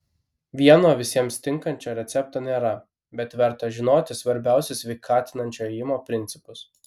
vieno visiems tinkančio recepto nėra bet verta žinoti svarbiausius sveikatinančio ėjimo principus